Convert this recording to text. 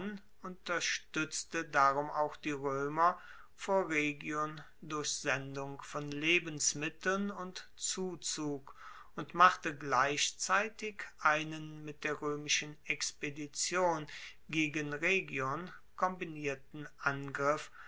unterstuetzte darum auch die roemer vor rhegion durch sendung von lebensmitteln und zuzug und machte gleichzeitig einen mit der roemischen expedition gegen rhegion kombinierten angriff